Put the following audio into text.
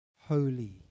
holy